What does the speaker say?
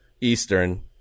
Eastern